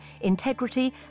integrity